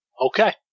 Okay